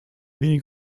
wenig